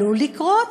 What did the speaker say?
עלול לקרות,